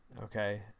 okay